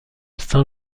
saint